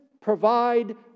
provide